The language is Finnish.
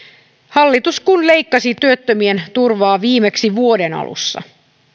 hallitus kun leikkasi työttömien turvaa viimeksi vuoden alussa